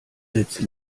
sätze